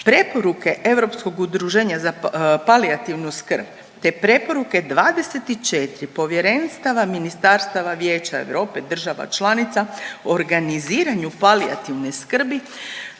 Preporuke Europskog udruženja za palijativnu skrb te preporuke 24 povjerenstava ministarstava Vijeća Europe država članica o organiziranju palijativne skrbi